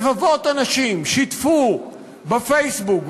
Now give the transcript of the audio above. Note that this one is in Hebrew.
רבבות אנשים שיתפו בפייסבוק,